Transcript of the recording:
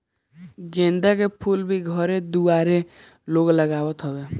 गेंदा के फूल भी घरे दुआरे लोग लगावत हवे